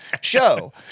show